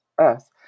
Earth